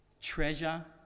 treasure